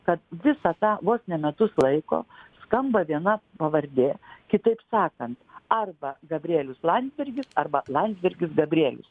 kad visa tą vos ne metus laiko skamba viena pavardė kitaip sakant arba gabrielius landsbergis arba landsbergis gabrielius